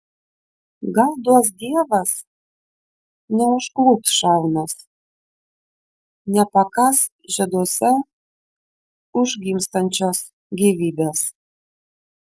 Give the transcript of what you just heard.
gal duos dievas neužklups šalnos nepakąs žieduose užgimstančios gyvybės